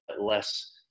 less –